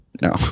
No